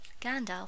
Gandalf